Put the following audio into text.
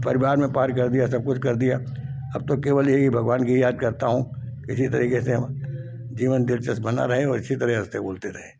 परिवार में पार कर दिया सब कुछ कर दिया अब तो केवल यही भगवान की याद करता हूँ इसी तरीके से हम जीवन दिलचस्प बना रहा है और इसी तरह हँसते बोलते रहें